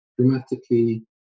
dramatically